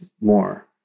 more